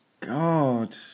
God